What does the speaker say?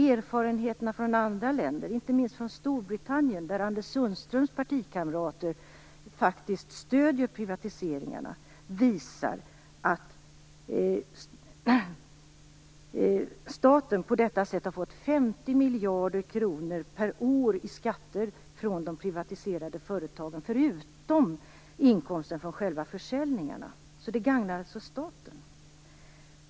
Erfarenheterna från Storbritannien, där Anders Sundströms partikamrater faktiskt stödjer privatiseringarna, visar att staten där på detta sätt har fått 50 miljarder kronor per år i skatter från de privatiserade företagen, förutom inkomster från själva försäljningarna. Detta gagnar alltså staten.